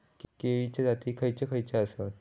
केळीचे जाती खयचे खयचे आसत?